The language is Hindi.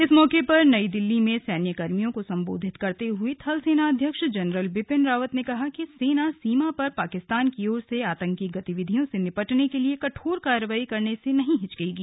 इस मौके पर नई दिल्ली में सैन्याकर्मियों को संबोधित करते हुए थल सेनाध्यक्ष जनरल बिपिन रावत ने कहा कि सेना सीमा पर पाकिस्तान की ओर से आतंकी गतिविधियों से निपटने के लिए कठोर कार्रवाई करने से नहीं हिचकेगी